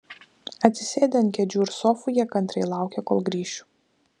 atsisėdę ant kėdžių ir sofų jie kantriai laukė kol grįšiu